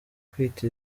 kwita